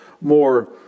more